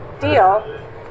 deal